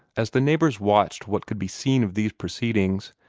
as the neighbors watched what could be seen of these proceedings,